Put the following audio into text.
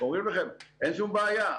אומרים לכם, אין שום בעיה.